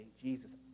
Jesus